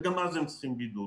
וגם אז הם צריכים בידוד.